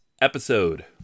episode